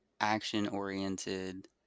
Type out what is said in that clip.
action-oriented